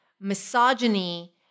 misogyny